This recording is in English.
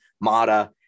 mata